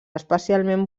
especialment